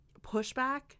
pushback